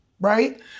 right